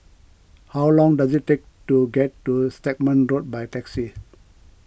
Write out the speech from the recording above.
how long does it take to get to Stagmont Road by taxi